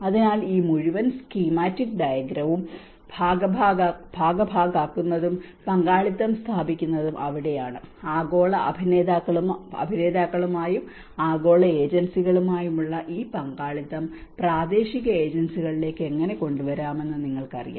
അതിനാൽ ഈ മുഴുവൻ സ്കീമാറ്റിക് ഡയഗ്രവും ഭാഗഭാക്കാകുന്നതും പങ്കാളിത്തം സ്ഥാപിക്കുന്നതും അവിടെയാണ് ആഗോള അഭിനേതാക്കളുമായും ആഗോള ഏജൻസികളുമായും ഉള്ള ഈ പങ്കാളിത്തം പ്രാദേശിക ഏജൻസികളിലേക്ക് എങ്ങനെ കൊണ്ടുവരാമെന്ന് നിങ്ങൾക്കറിയാം